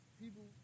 people